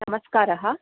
नमस्कारः